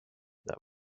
that